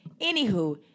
Anywho